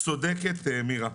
צודקת מירה.